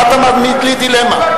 מה אתה מעמיד לי דילמה?